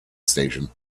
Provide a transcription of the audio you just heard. station